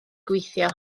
gweithio